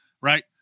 Right